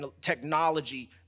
technology